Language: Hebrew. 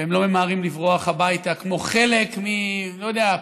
והם לא ממהרים לברוח הביתה כמו חלק אני לא יודע,